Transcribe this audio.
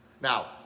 Now